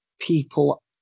people